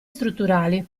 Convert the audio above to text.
strutturali